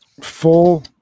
full